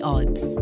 Odds